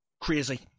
crazy